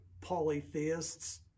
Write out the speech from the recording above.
polytheists